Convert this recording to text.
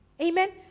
Amen